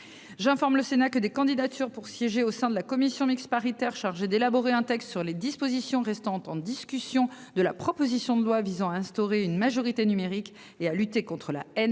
J'informe le Sénat que des candidatures pour siéger au sein de la commission mixte paritaire chargée d'élaborer un texte sur les dispositions restant en discussion de la proposition de loi visant à instaurer une majorité numérique et à lutter contre la haine